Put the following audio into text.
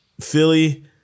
Philly